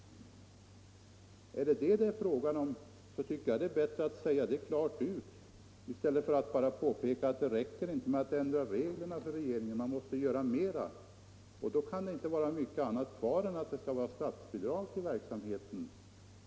Om det är detta det är fråga om, så tycker jag det är bra att säga det klart ut i stället för att bara påpeka att det inte räcker med att regeringen ändrar reglerna utan att man måste göra mera. Det kan då inte vara fråga om mycket annat än att det skall vara statsbidrag till verksamheten.